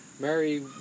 Mary